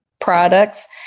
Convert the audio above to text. products